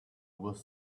was